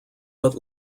but